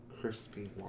crispy